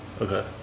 Okay